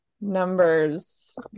numbers